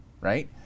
right